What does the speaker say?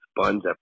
sponge